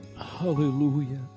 Hallelujah